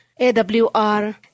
AWR